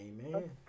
Amen